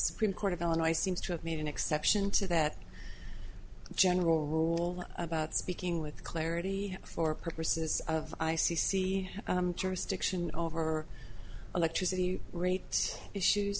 supreme court of illinois seems to have made an exception to that general rule about speaking with clarity for purposes of i c c jurisdiction over electricity rate issues